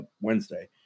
Wednesday